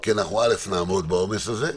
כי אנחנו קודם כול נעמוד בעומס הזה.